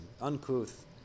uncouth